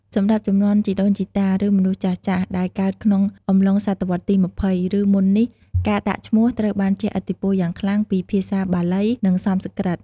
សម្រាប់ជំនាន់ជីដូនជីតា ឬមនុស្សចាស់ៗដែលកើតក្នុងអំឡុងសតវត្សទី២០ ឬមុននេះ ការដាក់ឈ្មោះត្រូវបានជះឥទ្ធិពលយ៉ាងខ្លាំងពី ភាសាបាលី និងសំស្ក្រឹត។